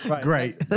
Great